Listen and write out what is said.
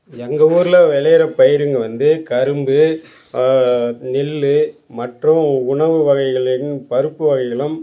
எங்கள் ஊரில் விளையிற பயிருங்கள் வந்து கரும்பு நெல் மற்றும் உணவு வகைகளையும் பருப்பு வகைகளும்